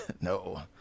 No